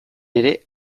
ere